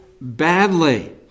badly